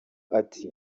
ati